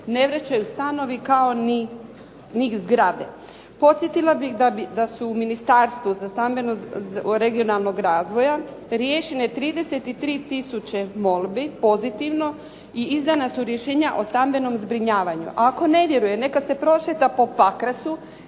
ne vraćaju stanovi kao ni zgrade. Podsjetila bih da su u Ministarstvu regionalnog razvoja riješene 33 tisuće molbi, pozitivno i izdana su rješenja o stambenom zbrinjavanju, a ako ne vjeruje neka se prošeta po Pakracu